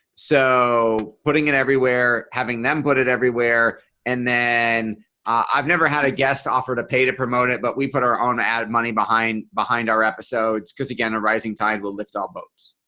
so putting it everywhere having them put it everywhere and then i've never had a guest offer to pay to promote it. but we put our own added money behind, behind our episodes because again a rising tide will lift all boats.